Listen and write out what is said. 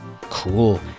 Cool